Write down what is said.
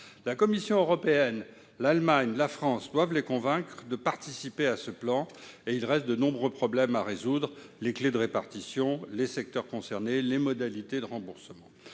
La Commission européenne, l'Allemagne, la France doivent les persuader de participer à ce plan, et il reste de nombreux problèmes à résoudre quant aux clés de répartition, aux secteurs concernés, aux modalités de remboursement.